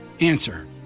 Answer